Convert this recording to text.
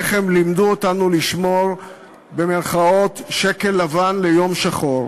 איך הם לימדו אותנו לשמור "שקל לבן ליום שחור".